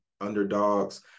underdogs